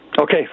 Okay